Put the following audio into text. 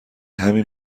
همین